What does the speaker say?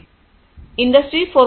industries 4